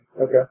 Okay